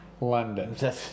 London